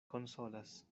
konsolas